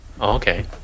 Okay